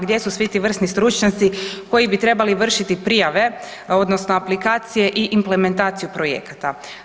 Gdje su svi ti vrsni stručnjaci koji bi trebali vršiti prijave odnosno aplikacije i implementaciju projekata?